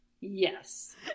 Yes